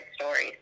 stories